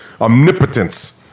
Omnipotence